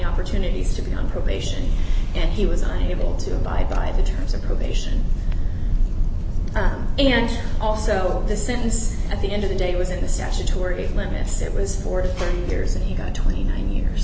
opportunities to be on probation and he was able to abide by the terms of probation and also the sentence at the end of the day was in the statutory limits it was four years and he got twenty nine years